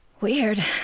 Weird